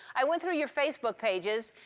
i went through your facebook pages,